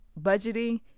budgeting